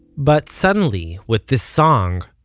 but suddenly, with this song,